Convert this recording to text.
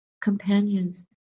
companions